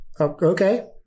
okay